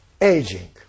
aging